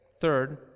third